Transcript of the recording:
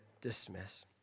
dismiss